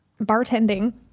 bartending